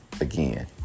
again